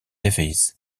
davies